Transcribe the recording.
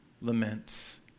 laments